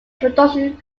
production